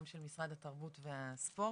גם של משרד התרבות והספורט.